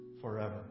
forever